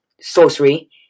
sorcery